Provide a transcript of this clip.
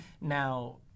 now